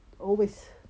always